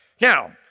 Now